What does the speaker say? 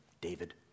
David